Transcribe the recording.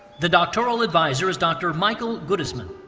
the doctoral advisor is dr. michael goodisman.